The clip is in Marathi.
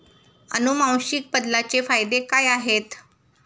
अनुवांशिक बदलाचे फायदे काय आहेत?